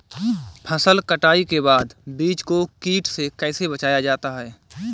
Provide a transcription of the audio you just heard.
फसल कटाई के बाद बीज को कीट से कैसे बचाया जाता है?